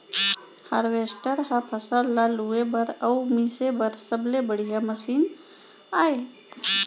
harvester ह फसल ल लूए बर अउ मिसे बर सबले बड़िहा मसीन आय